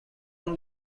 own